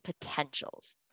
potentials